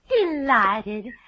delighted